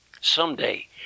someday